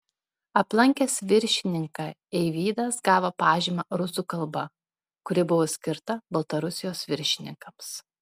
aplankęs viršininką eivydas gavo pažymą rusų kalba kuri buvo skirta baltarusijos viršininkams